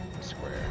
square